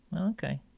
Okay